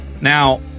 Now